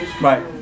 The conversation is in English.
Right